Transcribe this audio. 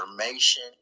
information